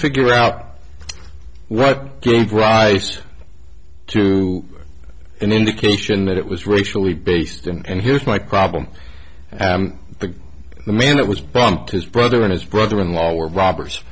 figure out what gave rise to an indication that it was racially based and here's my problem the man that was bumped his brother and his brother in law were robbers